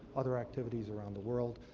other activities around the world.